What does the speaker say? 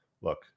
look